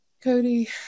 Cody